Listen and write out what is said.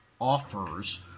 offers